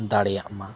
ᱫᱟᱲᱮᱭᱟᱜᱼᱢᱟ